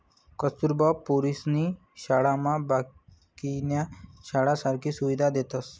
कस्तुरबा पोरीसनी शाळामा बाकीन्या शाळासारखी सुविधा देतस